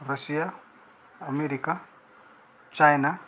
Russia America China